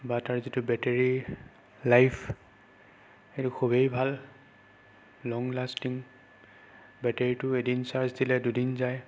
বা তাৰ যিটো বেটেৰী লাইফ সেইটো খুবেই ভাল লং লাষ্টিং বেটেৰীটো এদিন চাৰ্জ দিলে দুদিন যায়